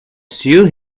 sue